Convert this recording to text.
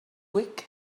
week